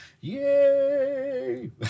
Yay